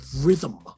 rhythm